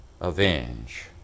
avenge